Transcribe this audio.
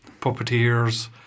puppeteers